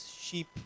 sheep